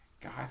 God